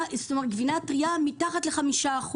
גבינה טרייה מתחת ל-5%,